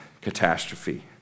catastrophe